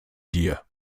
dir